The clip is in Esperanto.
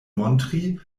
montri